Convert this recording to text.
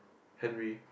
Henry